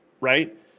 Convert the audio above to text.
Right